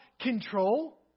control